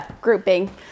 grouping